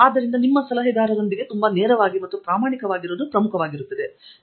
ಆದ್ದರಿಂದ ನಿಮ್ಮ ಸಲಹೆಗಾರನೊಂದಿಗೆ ತುಂಬಾ ನೇರವಾಗಿ ಮತ್ತು ಪ್ರಾಮಾಣಿಕವಾಗಿರುವುದು ಪ್ರಮುಖವಾಗಿರುತ್ತದೆ